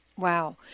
Wow